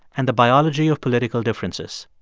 and the biology of political differences.